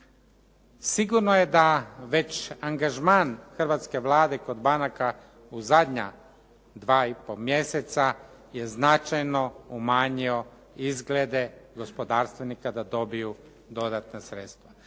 Sigurno je da već angažman hrvatske Vlade kod banaka u zadnja dva i pol mjeseca je značajno umanjio izglede gospodarstvenika da dobiju dodatna sredstva